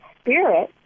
Spirit